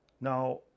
Now